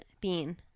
bean